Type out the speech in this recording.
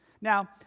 Now